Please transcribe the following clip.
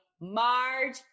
Marge